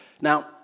Now